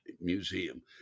museum